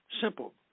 Simple